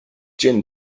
gin